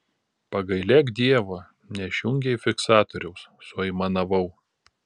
pagailėk dievo neišjungei fiksatoriaus suaimanavau